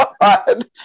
God